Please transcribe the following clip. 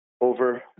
over